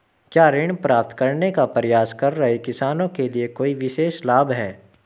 क्या ऋण प्राप्त करने का प्रयास कर रहे किसानों के लिए कोई विशेष लाभ हैं?